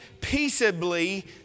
peaceably